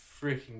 freaking